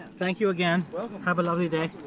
thank you, again welcome have a lovely day